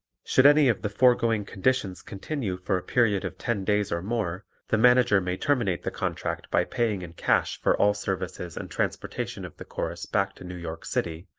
should any of the foregoing conditions continue for a period of ten days or more the manager may terminate the contract by paying in cash for all services and transportation of the chorus back to new york city,